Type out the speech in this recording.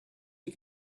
you